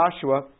Joshua